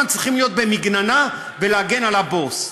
צריכים להיות במגננה ולהגן על הבוס?